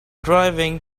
driving